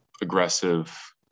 aggressive